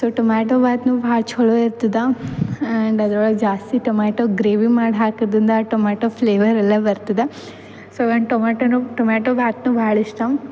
so tomato bath ಭಾಳ ಚೊಲೋ ಇರ್ತದೆ ಆ್ಯಂಡ್ ಅದ್ರೊಳಗೆ ಜಾಸ್ತಿ ಟೊಮ್ಯಾಟೊ ಗ್ರೇವಿ ಮಾಡಿ ಹಾಕೋದಿಂದ ಟೊಮಾಟೊ ಫ್ಲೇವರ್ ಎಲ್ಲ ಬರ್ತದೆ ಸೊ ವೆನ್ ಟೊಮಾಟನು ಟೊಮ್ಯಾಟೊ ಭಾತ್ನು ಭಾಳ ಇಷ್ಟ